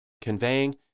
conveying